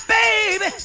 baby